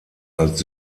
als